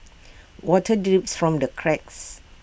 water drips from the cracks